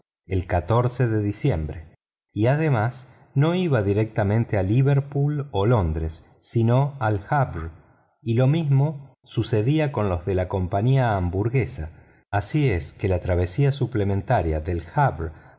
el de diciembre y además no iba directamente a liverpool o londres sino al havre y lo mismo sucedía con los de la compañía hamburguesa así es que la travesía suplementaria del havre